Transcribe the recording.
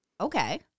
okay